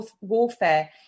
warfare